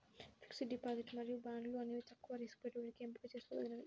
fixed deposit మరియు బాండ్లు అనేవి తక్కువ రిస్క్ పెట్టుబడికి ఎంపిక చేసుకోదగినవి